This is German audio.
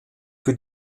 für